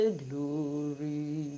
glory